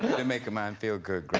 and make a man feel good, graham.